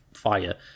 fire